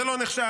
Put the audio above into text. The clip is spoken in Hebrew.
זה לא נחשב,